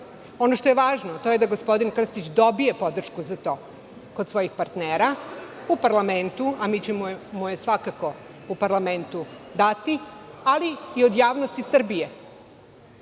što je važno to je da gospodin Krstić dobije podršku za to kod svojih partnera u parlamentu, a mi ćemo je svakako u parlamentu dati, ali i od javnosti Srbije,